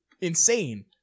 insane